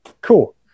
cool